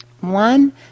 One